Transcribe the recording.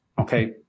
okay